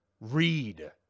Read